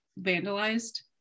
vandalized